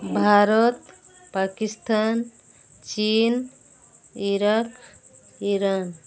ଭାରତ ପାକିସ୍ତାନ ଚୀନ Iraq Iran